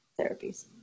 therapies